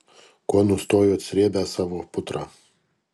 ko nustojot srėbę savo putrą